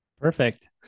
Perfect